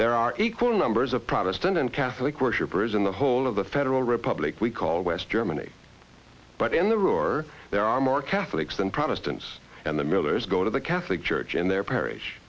there are equal numbers of protestant and catholic worshippers in the whole of the federal republic we call west germany but in the ruhr there are more catholics and protestants and the millers go to the catholic church in their parish